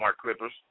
Clippers